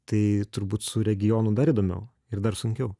tai turbūt su regionų dar įdomiau ir dar sunkiau